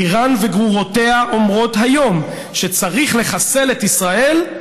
איראן וגרורותיה אומרות היום שצריך לחסל את ישראל,